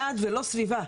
יעד ולא סביבה.